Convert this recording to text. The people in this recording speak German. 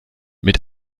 mit